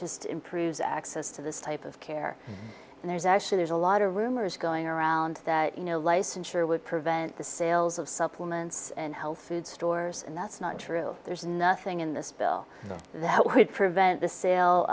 just improves access to this type of care and there's actually there's a lot of rumors going around that you know licensure would prevent the sales of supplements and health food stores and that's not true there's nothing in this bill that would prevent the sale